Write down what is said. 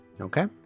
Okay